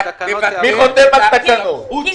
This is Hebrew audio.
אני